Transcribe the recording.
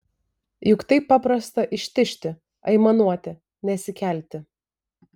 juk taip paprasta ištižti aimanuoti nesikelti